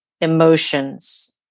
emotions